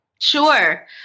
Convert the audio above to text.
Sure